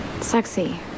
sexy